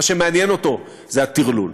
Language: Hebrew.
מה שמעניין אותו זה הטרלול,